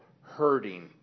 hurting